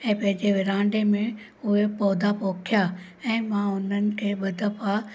ऐं पंहिंजे विरांडे में उहे पौधा पोखिया ऐं मां उन्हनि खे ॿ दफ़ा